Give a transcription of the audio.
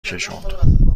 کشوند